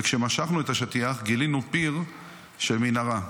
וכשמשכנו את השטיח גילינו פיר של מנהרה.